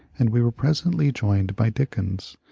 and we were presently joined by dickens,